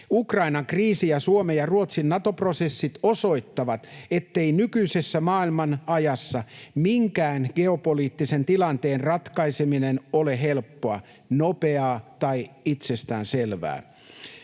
Ukrainan kriisi ja Suomen ja Ruotsin Nato-prosessit osoittavat, ettei nykyisessä maailmanajassa minkään geopoliittisen tilanteen ratkaiseminen ole helppoa, nopeaa tai itsestäänselvää.